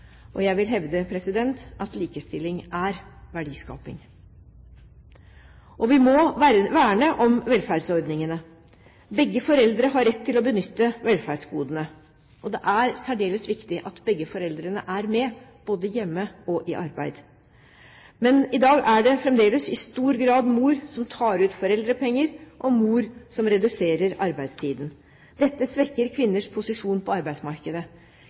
Jeg vil hevde at likestilling er verdiskaping. Vi må verne om velferdsordningene. Begge foreldre har rett til å benytte seg av velferdsgodene. Det er særdeles viktig at begge foreldrene er med, både hjemme og i arbeid, men i dag er det fremdeles i stor grad mor som tar ut foreldrepenger, og mor som reduserer arbeidstiden. Dette svekker kvinners posisjon på arbeidsmarkedet.